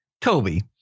Toby